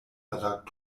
verlag